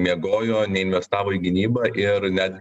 miegojo neinvestavo į gynybą ir net